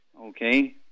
okay